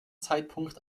zeitpunkt